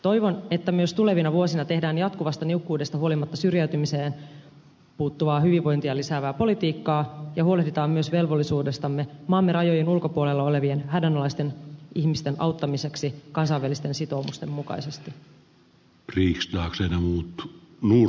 toivon että myös tulevina vuosina tehdään jatkuvasta niukkuudesta huolimatta syrjäytymiseen puuttuvaa hyvinvointia lisäävää politiikkaa ja huolehditaan myös velvollisuudestamme maamme rajojen ulkopuolella olevien hädän alaisten ihmisten auttamiseksi kansainvälisten sitoumusten mukaisesti